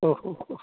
ഓഹ് ഓഹ് ഓഹ്